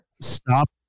stop